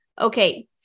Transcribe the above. Okay